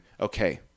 okay